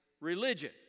religion